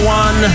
one